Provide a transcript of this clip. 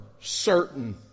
Certain